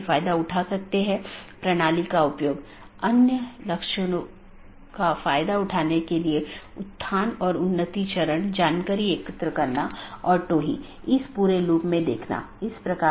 उदाहरण के लिए एक BGP डिवाइस को इस प्रकार कॉन्फ़िगर किया जा सकता है कि एक मल्टी होम एक पारगमन अधिकार के रूप में कार्य करने से इनकार कर सके